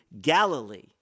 Galilee